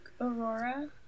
Aurora